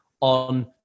on